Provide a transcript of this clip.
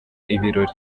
ibirori